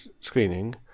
screening